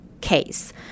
case